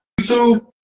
YouTube